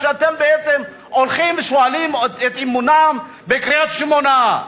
שאתם בעצם הולכים ושואלים את אמונם בקריית-שמונה,